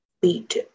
beat